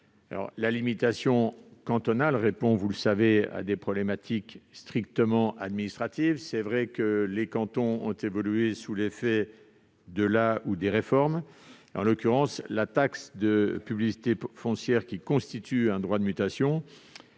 La limitation cantonale répond, vous le savez, à des problématiques strictement administratives. Certes, les cantons ont évolué sous l'effet des réformes. En l'occurrence, la taxe de publicité foncière, qui constitue un droit de mutation, est versée aux départements